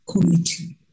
Committee